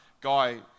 guy